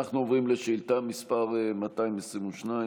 אנחנו עוברים לשאילתה מס' 222,